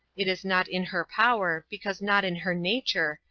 it is not in her power, because not in her nature,